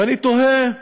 ואני תוהה,